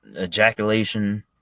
ejaculation